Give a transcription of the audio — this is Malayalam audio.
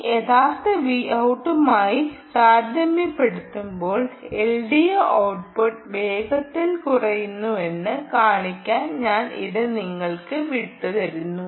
ഈ യഥാർത്ഥ Vout മായി താരതമ്യപ്പെടുത്തുമ്പോൾ LDO ഔട്ട്പുട്ട് വേഗത്തിൽ കുറയുന്നുവെന്ന് കാണിക്കാൻ ഞാൻ ഇത് നിങ്ങൾക്ക് വിടുന്നു